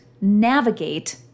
navigate